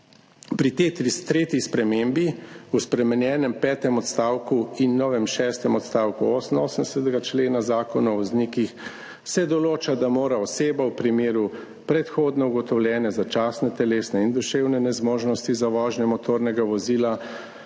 Pri tretji spremembi se v spremenjenem petem odstavku in novem šestem odstavku 88. člena Zakona o voznikih določa, da mora oseba v primeru predhodno ugotovljene začasne telesne in duševne nezmožnosti za vožnjo motornega vozila